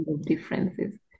differences